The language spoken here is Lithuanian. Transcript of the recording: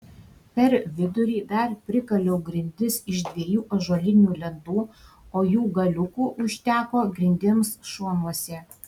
per vidurį dar prikaliau grindis iš dviejų ąžuolinių lentų o jų galiukų užteko grindims šonuose